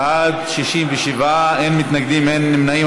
בעד, 67, אין מתנגדים, אין נמנעים.